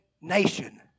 nation